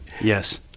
Yes